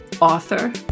author